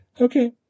Okay